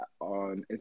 on